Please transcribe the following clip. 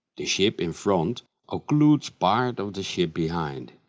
the ship in front occludes part of the ship behind.